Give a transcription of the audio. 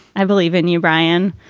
i believe in you, brian.